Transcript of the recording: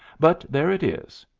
but there it is.